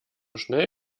schnell